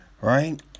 right